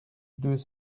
deux